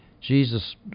Jesus